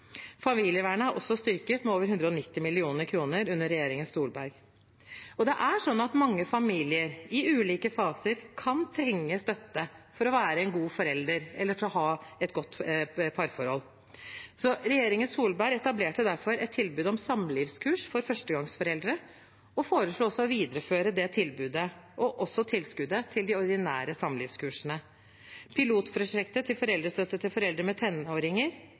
Familievernet er også styrket med over 190 mill. kr under regjeringen Solberg. Mange familier kan i ulike faser trenge støtte for å være en god forelder og eller for å ha et godt parforhold. Regjeringen Solberg etablerte derfor et tilbud om samlivskurs for førstegangsforeldre og foreslo å videreføre det tilbudet og også tilskuddet til de ordinære samlivskursene. Pilotprosjektet med foreldrestøtte til foreldre med tenåringer